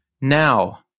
now